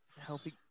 helping